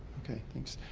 okay, thanks.